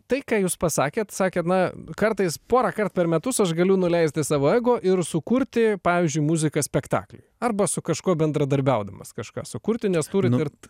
tai ką jūs pasakėt sakėt na kartais porąkart per metus aš galiu nuleisti savo ego ir sukurti pavyzdžiui muziką spektakliui arba su kažkuo bendradarbiaudamas kažką sukurti nes turit ir